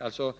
Är det alltså